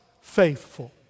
Faithful